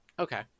Okay